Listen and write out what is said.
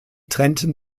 trennten